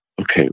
Okay